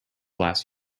last